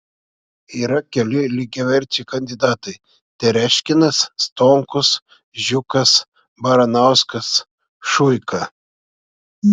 yra keli lygiaverčiai kandidatai tereškinas stonkus žiukas baranauskas šuika